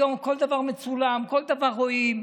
היום כל דבר מצולם, כל דבר רואים.